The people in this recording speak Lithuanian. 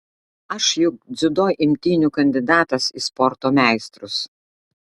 aš juk dziudo imtynių kandidatas į sporto meistrus